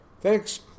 Thanks